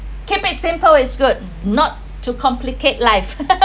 keep it simple is good not to complicate life